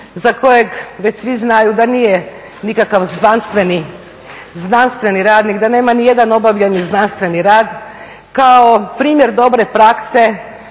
za kojeg već svi znaju da nije nikakav znanstveni radnik, da nema nijedan objavljeni znanstveni rad, kao primjer dobre prakse